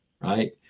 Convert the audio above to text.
right